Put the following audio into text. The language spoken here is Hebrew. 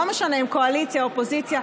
לא משנה אם קואליציה או אופוזיציה,